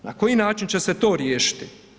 Na koji način će se to riješiti?